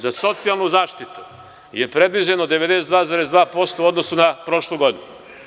Za socijalnu zaštitu je predviđeno 92,2% u odnosu na prošlu godinu.